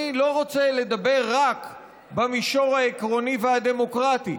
אני לא רוצה לדבר רק במישור העקרוני והדמוקרטי,